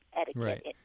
etiquette